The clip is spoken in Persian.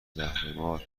زهرمار